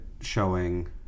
showing